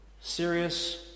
Serious